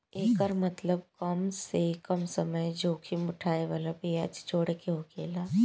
एकर मतबल कम से कम समय जोखिम उठाए वाला ब्याज जोड़े के होकेला